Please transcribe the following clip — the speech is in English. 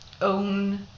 own